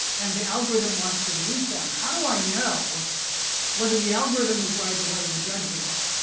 and the algorithm wants to release them? how do i know whether the algorithm is right or whether the judge was right,